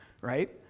Right